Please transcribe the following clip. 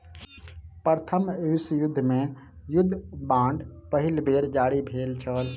प्रथम विश्व युद्ध मे युद्ध बांड पहिल बेर जारी भेल छल